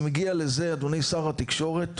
זה מגיע לזה, אדוני שר התקשורת,